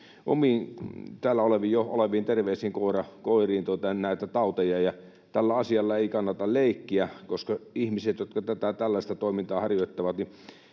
täällä jo oleviin terveisiin koiriin näitä tauteja. Tällä asialla ei kannata leikkiä, koska jos ihmisillä, jotka tällaista toimintaa harjoittavat,